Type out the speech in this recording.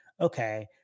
okay